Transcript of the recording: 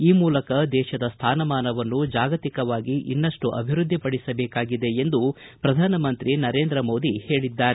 ಈ ಮೂಲಕ ದೇಶದ ಸ್ವಾನಮಾನವನ್ನು ಜಾಗತಿಕವಾಗಿ ಇನ್ನಷ್ಟು ಅಭಿವೃದ್ಧಿಪಡಿಸಬೇಕಾಗಿದೆ ಎಂದು ಪ್ರಧಾನಮಂತ್ರಿ ನರೇಂದ್ರ ಮೋದಿ ಹೇಳಿದ್ದಾರೆ